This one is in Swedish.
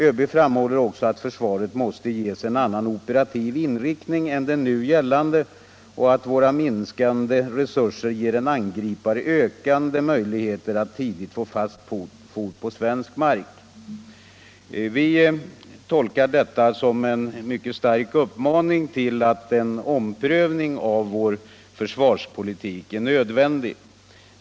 ÖB framhåller också att försvaret måste få en annan operativ inriktning än den nu gällande och att våra minskande resurser ger en angripare ökande möjligheter att tidigt få fast fot på svensk mark. Vi tolkar detta som en mycket stark plädering för att en omprövning av vår försvarspolitik är nödvändig.